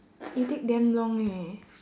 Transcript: you take damn long eh